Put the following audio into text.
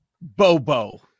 Bobo